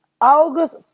august